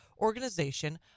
organization